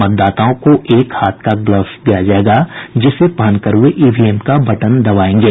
मतदाताओं को एक हाथ का ग्लव्स दिया जायेगा जिसे पहनकर वे ईवीएम का बटन दबायेंगे